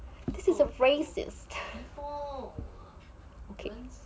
this is a racist okay